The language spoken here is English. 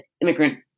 immigrant